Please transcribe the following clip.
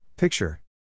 Picture